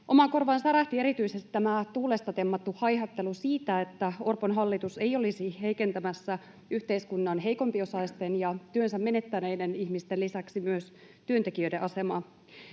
Omaan korvaan särähti erityisesti tämä tuulesta temmattu haihattelu siitä, että Orpon hallitus ei olisi heikentämässä yhteiskunnan heikompiosaisten ja työnsä menettäneiden ihmisten lisäksi työntekijöiden asemaa,